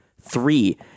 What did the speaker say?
three